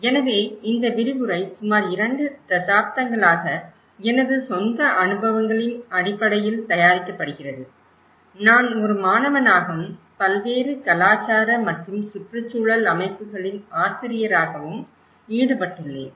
எனவே இந்த விரிவுரை சுமார் 2 தசாப்தங்களாக எனது சொந்த அனுபவங்களின் அடிப்படையில் தயாரிக்கப்படுகிறது நான் ஒரு மாணவனாகவும் பல்வேறு கலாச்சார மற்றும் சுற்றுச்சூழல் அமைப்புகளின் ஆசிரியராகவும் ஈடுபட்டுள்ளேன்